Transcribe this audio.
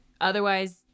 Otherwise